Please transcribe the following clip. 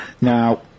Now